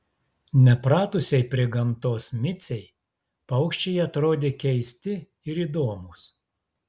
nepratusiai prie gamtos micei paukščiai atrodė keisti ir įdomūs